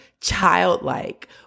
childlike